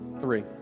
three